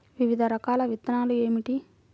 వివిధ రకాల విత్తనాలు ఏమిటి?